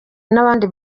n’abandi